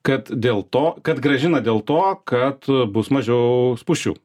kad dėl to kad grąžina dėl to kad bus mažiau spūsčių